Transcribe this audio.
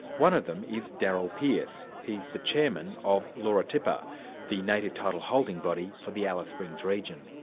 one of them is darryl pearce. he's the chairman of lhere artepe, ah the native title holding body for the alice springs region.